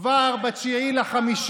כבר ב-9 במאי,